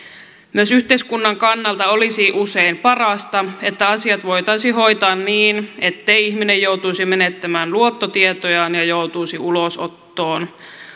myös yhteiskunnan kannalta olisi usein parasta että asiat voitaisiin hoitaa niin ettei ihminen joutuisi menettämään luottotietojaan ja joutuisi ulosottoon